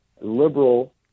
liberal